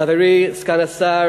חברי סגן השר